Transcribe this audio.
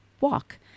walk